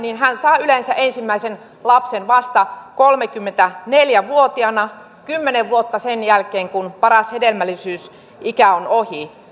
saa yleensä ensimmäisen lapsen vasta kolmekymmentäneljä vuotiaana kymmenen vuotta sen jälkeen kun paras hedelmällisyysikä on ohi